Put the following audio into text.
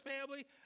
family